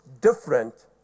different